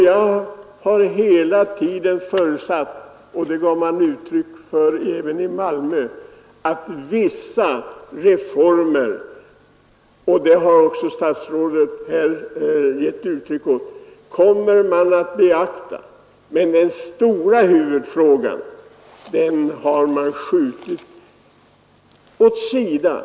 Jag har hela tiden förutsatt att vissa reformer kommer att genomföras — en sådan uppfattning gav man uttryck för även i Malmö, och statsrådet har också yttrat sig i den riktningen — men att den stora huvudfrågan skall skjutas åt sidan.